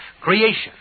creation